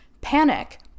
panic